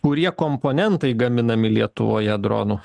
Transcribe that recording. kurie komponentai gaminami lietuvoje dronų